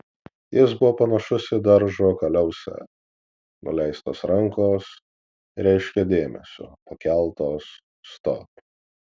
jis buvo panašus į daržo kaliausę nuleistos rankos reiškė dėmesio pakeltos stop